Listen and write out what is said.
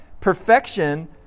perfection